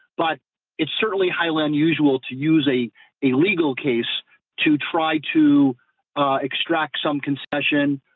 but it's certainly highly unusual to use a a legal case to try to extract some concession,